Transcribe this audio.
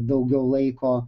daugiau laiko